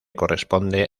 corresponde